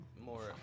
more